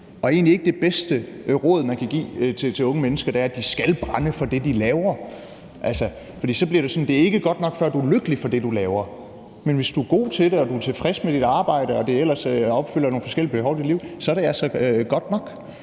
og egentlig ikke det bedste råd, man kan give til unge mennesker, at de skal brænde for det, de laver, for så bliver det jo sådan, at det ikke er godt nok, før du er lykkelig for det, du laver. Men hvis du er god til det og du er tilfreds med dit arbejde og det ellers opfylder nogle forskellige behov i dit liv, er det altså godt nok,